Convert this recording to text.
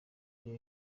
ariyo